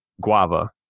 guava